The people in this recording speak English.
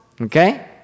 okay